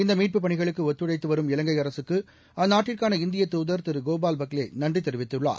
இந்தமீட்புப் பணிகளுக்குஒத்துழைத்துவரும் இலங்கைஅரசுக்கு அந்நாட்டிற்கான இந்திய துதர் திரு கோபால் பக்லேநன்றிதெரிவித்துள்ளார்